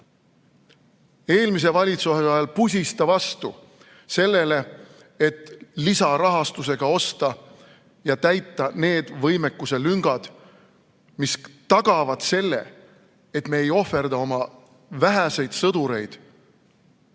Eelmise valitsuse ajal pusis ta vastu sellele, et lisarahastusega osta ja täita need võimekuse lüngad, mis tagaks selle, et me ei ohverda oma väheseid sõdureid